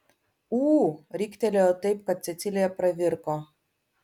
ū riktelėjo taip kad cecilija pravirko